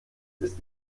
ist